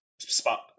spot